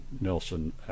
Nelson